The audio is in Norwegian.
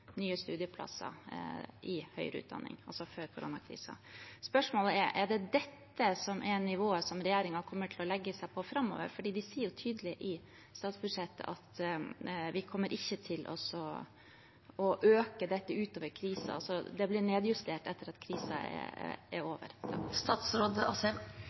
nye studieplasser innen høyere utdanning. Spørsmålet er: Er det dette som er nivået som regjeringen kommer til å legge seg på framover? De sier tydelig i statsbudsjettet at de ikke kommer til å øke dette utover krisen, så det blir nedjustert etter at krisen er over. For det første er